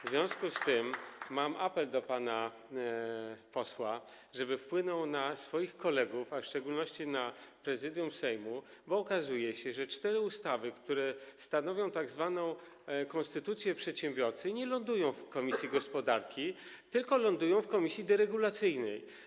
W związku z tym mam apel do pana posła, żeby wpłynął na swoich kolegów, a w szczególności na Prezydium Sejmu, bo okazuje się, że cztery ustawy, które stanowią tzw. konstytucję przedsiębiorcy, nie lądują w komisji gospodarki, tylko lądują w komisji deregulacyjnej.